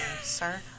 sir